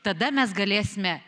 tada mes galėsime